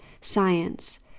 Science